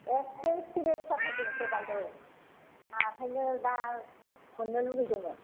एसे सिरियास जाथारदोंमोनथ' बायद' औ ओंखायनो दा मोननो लुगैदोंमोन